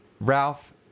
Ralph